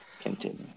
continue